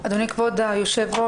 אדוני כבוד היושב-ראש,